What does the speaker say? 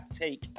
take